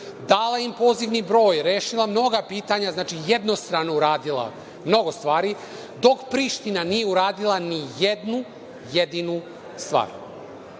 dala im pozivni broj, rešila mnoga pitanja, znači jednostrano uradila mnogo stvari, dok Priština nije uradila ni jednu jedinu